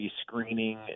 screening